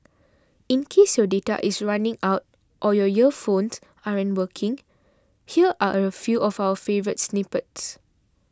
in case your data is running out or your earphones aren't working here are a few of our favourite snippets